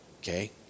Okay